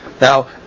Now